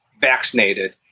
vaccinated